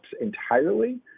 entirely